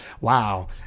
Wow